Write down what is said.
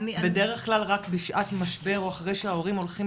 בדרך כלל רק בשעת משבר או אחרי שההורים הולכים